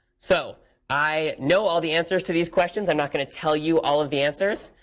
so i know all the answers to these questions. i'm not going to tell you all of the answers.